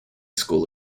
school